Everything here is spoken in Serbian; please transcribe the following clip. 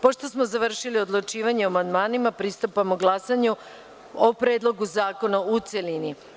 Pošto smo završili odlučivanje o amandmanima, pristupamo glasanju o Predlogu zakona u celini.